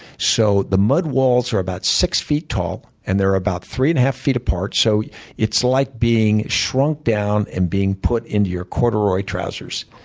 so the mud walls are about six feet tall, and they're about three and a half feet apart, so it's like being shrunk down and being put into your corduroy trousers.